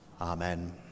Amen